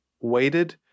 waited